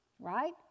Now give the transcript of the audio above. Right